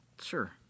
Sure